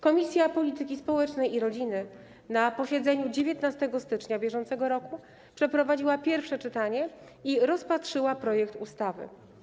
Komisja Polityki Społecznej i Rodziny na posiedzeniu 19 stycznia br. przeprowadziła pierwsze czytanie i rozpatrzyła projekt ustawy.